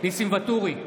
ניסים ואטורי,